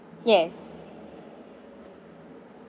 yes